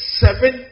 seven